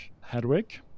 Hedwig